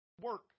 work